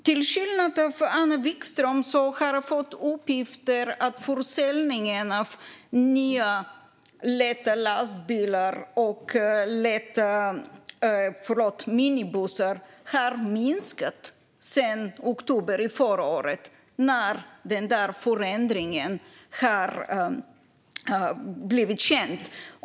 Till skillnad från Anna Vikström har jag fått uppgifter om att försäljningen av nya lätta lastbilar och minibussar har minskat sedan oktober förra året, när förändringen blev känd.